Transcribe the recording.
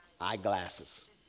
eyeglasses